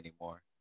anymore